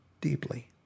deeply